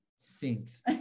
sinks